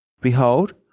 Behold